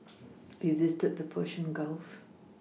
we visited the Persian Gulf